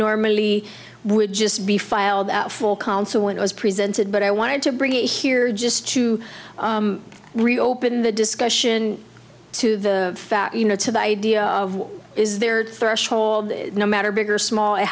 normally would just be filed at full council when it was presented but i wanted to bring it here just to reopen the discussion to the fact you know to the idea of what is their threshold no matter big or small it